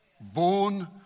born